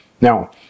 Now